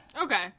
okay